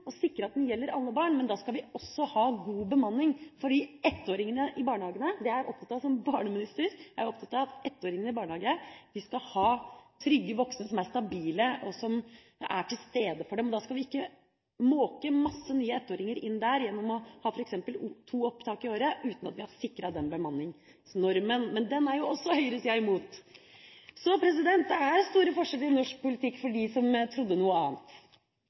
sikre at den gjelder alle barn, men da skal vi også ha god bemanning, for som barneminister er jeg opptatt av at ettåringene i barnehage skal ha trygge voksne som er stabile, og som er til stede for dem. Vi skal ikke måke masse nye ettåringer inn, gjennom å ha f.eks. to opptak i året, uten at vi har sikret den bemanningsnormen. Men den er også høyresida imot – så det er store forskjeller i norsk politikk, for dem som trodde noe annet.